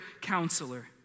counselor